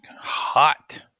Hot